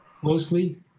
closely